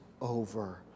over